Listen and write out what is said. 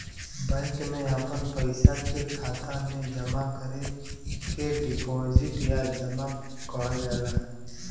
bank मे आपन पइसा के खाता मे जमा करे के डीपोसिट या जमा कहल जाला